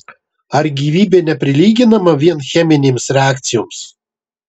ar gyvybė neprilyginama vien cheminėms reakcijoms